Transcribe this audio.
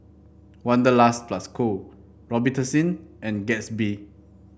Wanderlust Plus Co Robitussin and Gatsby